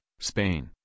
Spain